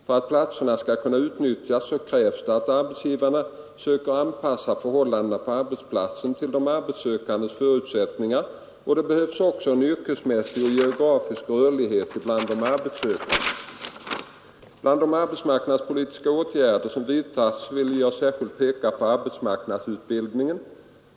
För att platserna skall kunna utnyttjas krävs det att arbetsgivarna söker anpassa förhållandena på arbetsplatsen till de arbetssökandes förutsättningar, och det behövs också en yrkesmässig och geografisk rörlighet bland de arbetssökande. Bland de arbetsmarknadspolitiska åtgärder som vidtagits vill jag särskilt peka på arbetsmarknadsutbildningen.